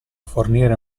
fornire